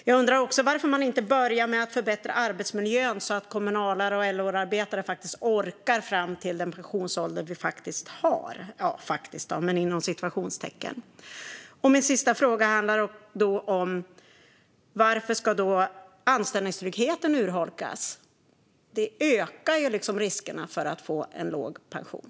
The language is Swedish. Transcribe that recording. Jag undrar också varför man inte börjar med att förbättra arbetsmiljön så att kommunalare och LO-arbetare faktiskt orkar fram till den pensionsålder vi faktiskt har - ja, "faktiskt" inom citationstecken. Min sista fråga handlar om varför anställningstryggheten ska urholkas. Det ökar ju riskerna för att få låg pension.